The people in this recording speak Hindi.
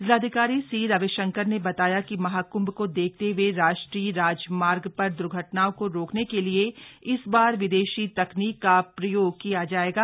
जिलाधिकारी सी रविशंकर ने बताया कि महाकंभ को देखते हए राष्ट्रीय राजमार्ग प्रर् दर्घटनाओं को रोकने के लिए इस बार विदेशी तकनीक का प्रयोग किया जाएगा